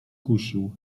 kusił